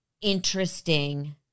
interesting